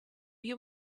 you